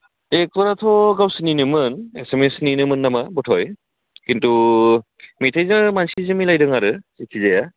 बे एक्टराथ' गावसिनिमोन एसामिसनिनोमोन नामा बथ हय खिन्थु मेथायजों मानसिजों मिलायदों आरो जेखि जाया